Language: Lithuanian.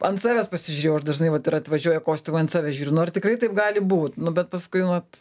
ant savęs pasižiūrėjau ir dažnai vat ir atvažiuoja kostiumai ant savęs žiūriu nu ar tikrai taip gali būt nu bet paskui nu vat